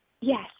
Yes